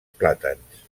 plàtans